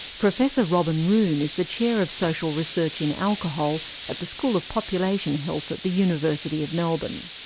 professor robin room is the chair of social research in alcohol at the school of population health at the university of melbourne.